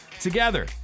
Together